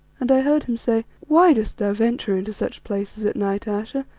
and i heard him say why dost thou venture into such places at night, ayesha,